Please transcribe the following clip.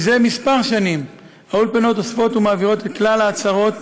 זה כמה שנים האולפנות אוספות ומעבירות את כלל הצהרות